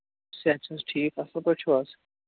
اچھا اچھا حظ ٹھیٖک اَصٕل پٲٹھۍ چھُو حظ